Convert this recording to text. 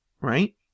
right